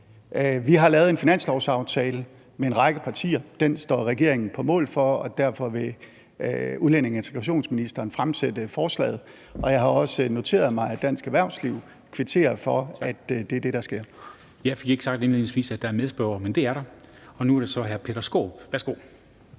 Vi har lavet en finanslovsaftale med en række partier, som regeringen står på mål for, og derfor vil udlændinge- og integrationsministeren fremsætte forslaget. Jeg har også noteret mig, at dansk erhvervsliv kvitterer for, at det er det, der sker. Kl. 13:06 Formanden (Henrik Dam Kristensen): Jeg fik ikke sagt indledningsvis, at der er en medspørger, men det er der. Nu er det så hr. Peter Skaarup. Værsgo.